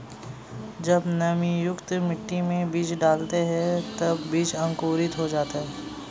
जब नमीयुक्त मिट्टी में बीज डालते हैं तब बीज अंकुरित हो जाता है